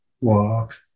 walk